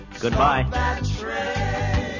Goodbye